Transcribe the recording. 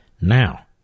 Now